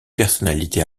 personnalités